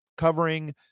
covering